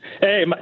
Hey